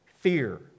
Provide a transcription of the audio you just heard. fear